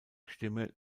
stimme